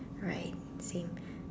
alright same